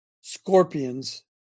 scorpions